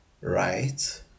right